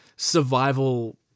survival